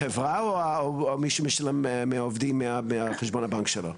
החברה או מישהו מהעובדים מחשבון הבנק שלו?